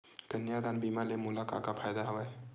कन्यादान बीमा ले मोला का का फ़ायदा हवय?